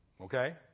Okay